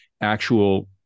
actual